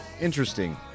Interesting